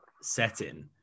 setting